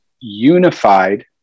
unified